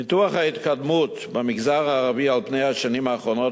ניתוח ההתקדמות במגזר הערבי על פני השנים האחרונות